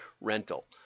rental